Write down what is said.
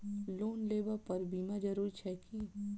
Loan लेबऽ पर बीमा जरूरी छैक की?